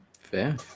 Fair